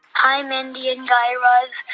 hi, mindy and guy raz.